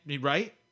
Right